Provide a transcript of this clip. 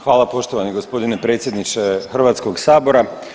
Hvala poštovani gospodine predsjedniče Hrvatskog sabora.